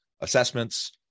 assessments